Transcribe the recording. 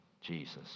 Jesus